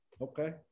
Okay